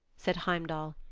said heimdall.